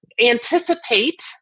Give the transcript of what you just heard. anticipate